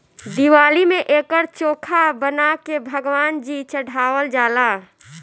दिवाली में एकर चोखा बना के भगवान जी चढ़ावल जाला